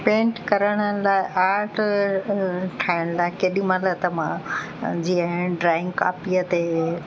paint करण लाइ art ठाहिण लाइ केॾीमहिल त मां जीअं ड्रॉइंग कापीअ ते